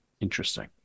Interesting